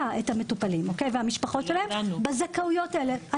את המטופלים והמשפחות שלהם בזכאויות האלה.